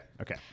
okay